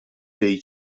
dei